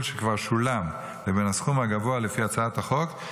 שכבר שולם לבין הסכום הגבוה לפי הצעת החוק,